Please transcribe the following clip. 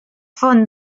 font